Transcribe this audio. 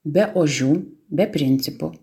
be ožių be principų